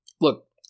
look